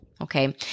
Okay